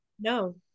No